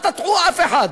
אל תטעו אף אחד.